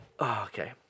Okay